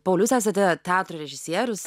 pauliau jūs esate teatro režisierius